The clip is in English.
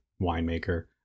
winemaker